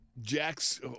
Jack's